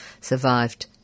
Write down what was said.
survived